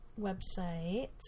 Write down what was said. website